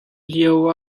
lio